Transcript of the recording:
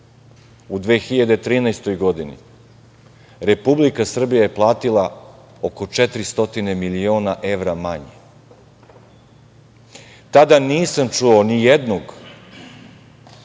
u 2013. godini Republika Srbija je platila oko 400 miliona evra manje. Tada nisam čuo nijednu